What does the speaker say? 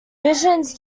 visions